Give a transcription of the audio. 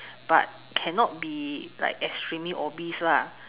but cannot be like extremely obese lah